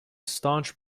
staunch